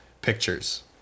pictures